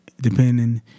depending